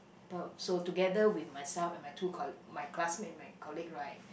but so together with myself and my two col~ my classmate my colleague right